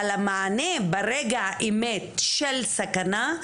אבל המענה, ברגע האמת, של סכנה,